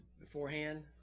beforehand